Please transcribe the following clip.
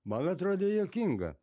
man atrodė juokinga